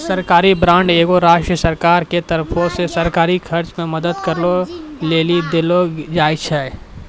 सरकारी बांड एगो राष्ट्रीय सरकारो के तरफो से सरकारी खर्च मे मदद करै लेली देलो जाय छै